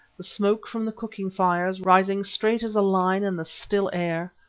the smoke from the cooking fires rising straight as a line in the still air,